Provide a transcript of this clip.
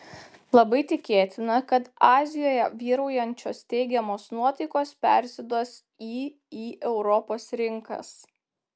labai tikėtina kad azijoje vyraujančios teigiamos nuotaikos persiduos į į europos rinkas